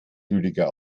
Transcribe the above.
rüdiger